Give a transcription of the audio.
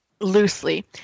loosely